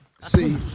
See